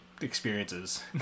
experiences